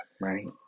right